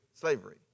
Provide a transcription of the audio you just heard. slavery